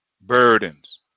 burdens